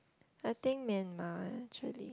I think Myanmar actually